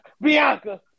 Bianca